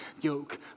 yoke